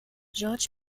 george